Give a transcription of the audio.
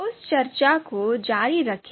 उस चर्चा को जारी रखें